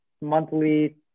monthly